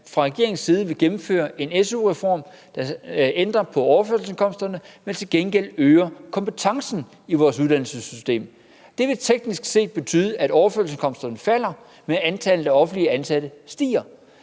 fra regeringens side vil gennemføre en SU-reform, der ændrer på overførselsindkomsterne, men til gengæld øge kompetencen i vores uddannelsesystem. Det vil teknisk set betyde, at overførselsindkomsterne falder, men at antallet af offentligt ansatte stiger.